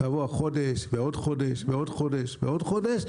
עבר חודש ועוד חודש, ועוד חודש,